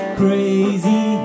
crazy